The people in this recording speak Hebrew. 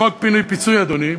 חוק פינוי-פיצוי, אדוני,